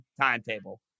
timetable